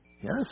Yes